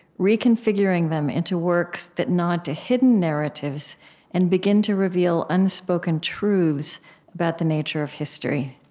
reconfiguring them into works that nod to hidden narratives and begin to reveal unspoken truths about the nature of history.